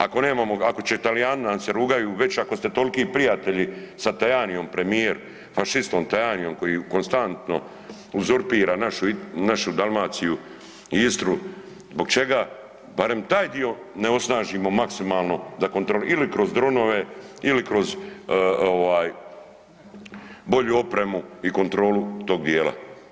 Ako nam se Talijani već rugaju, ako ste toliki prijatelji sa Tajaniom premijer fašistom Tajaniom koji konstantno uzurpira našu Dalmaciju i Istru zbog čega barem taj dio ne osnažimo maksimalno ili kroz dronove ili kroz bolju opremu i kontrolu tog dijela.